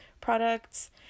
products